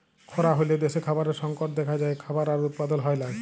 খরা হ্যলে দ্যাশে খাবারের সংকট দ্যাখা যায়, খাবার আর উৎপাদল হ্যয় লায়